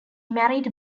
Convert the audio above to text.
married